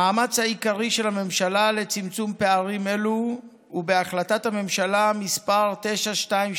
המאמץ העיקרי של הממשלה לצמצום פערים אלו הוא בהחלטת הממשלה מס' 922,